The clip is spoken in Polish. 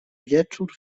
wieczór